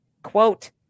quote